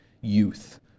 youth